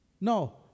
No